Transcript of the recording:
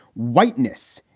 whiteness,